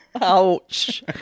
Ouch